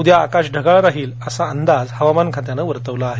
उद्या आकाश ढगाळ राहिलअसा अंदाज हवामान खात्यानं वर्तवला आहे